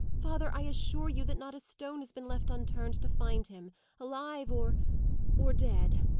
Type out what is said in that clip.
father, i assure you that not a stone has been left unturned to find him alive, or or dead.